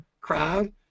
crowd